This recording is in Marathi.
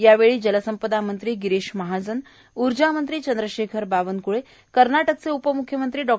यावेळी जलसंपदा मंत्री गिरीश महाजन ऊर्जा मंत्री चंद्रशेखर बावनकुळे कर्नाटकचे उपम्ख्यमंत्री डॉ